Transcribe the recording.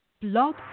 Blog